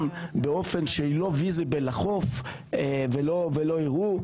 באופן שהיא לא גלויה לחוף ולא יראו.